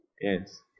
Yes